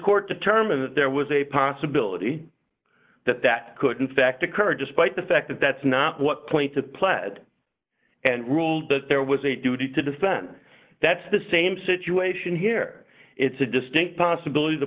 court determined that there was a possibility that that could in fact occur despite the fact that that's not what point the plan and ruled that there was a duty to defend that's the same situation here it's a distinct possibility the